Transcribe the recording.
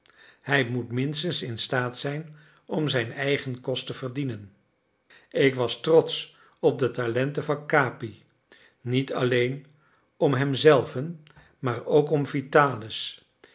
hij moet minstens in staat zijn om zijn eigen kost te verdienen ik was trotsch op de talenten van capi niet alleen om hem zelven maar ook om vitalis